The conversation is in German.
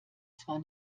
zwar